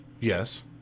Yes